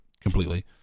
completely